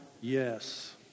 Yes